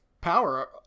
power